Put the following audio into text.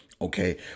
okay